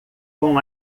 com